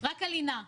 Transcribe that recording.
רק על לינה,